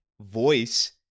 voice